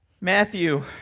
Matthew